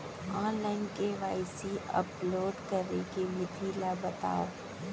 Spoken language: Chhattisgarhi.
ऑनलाइन के.वाई.सी अपलोड करे के विधि ला बतावव?